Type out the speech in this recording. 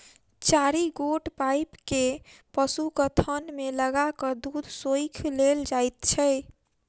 चारि गोट पाइप के पशुक थन मे लगा क दूध सोइख लेल जाइत छै